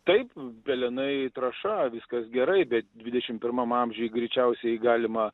taip pelenai trąša viskas gerai bet dvidešim pirmam amžiuj greičiausiai galima